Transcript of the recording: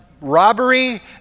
robbery